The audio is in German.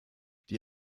die